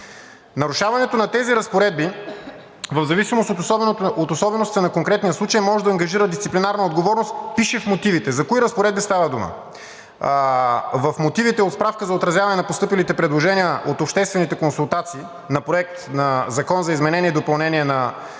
Нарушаването на тези разпоредби в зависимост от особеностите на конкретния случай може да ангажира дисциплинарна отговорност, пише в мотивите. За кои разпоредби става дума? В мотивите от справка за отразяване на постъпилите предложения от обществените консултации на Проект на закон за изменение и допълнение на